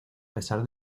pesar